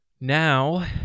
Now